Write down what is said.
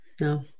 no